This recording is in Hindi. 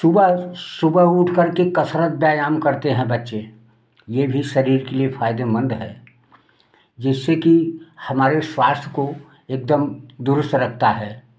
सुबह सुबह उठ करके कसरत व्यायाम करते हैं बच्चे ये भी शरीर के लिए फायदेमंद है जिससे कि हमारे स्वास्थ्य को एकदम दुरुस्त रखता है